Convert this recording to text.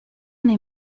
nei